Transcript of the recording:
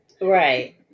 Right